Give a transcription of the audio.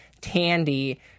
Tandy